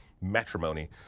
matrimony